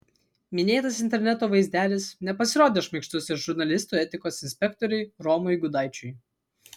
minėtas interneto vaizdelis nepasirodė šmaikštus ir žurnalistų etikos inspektoriui romui gudaičiui